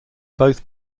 both